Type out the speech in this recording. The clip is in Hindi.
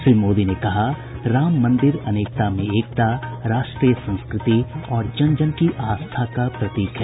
श्री मोदी ने कहा राम मंदिर अनेकता में एकता राष्ट्रीय संस्कृति और जन जन की आस्था का प्रतीक है